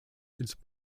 its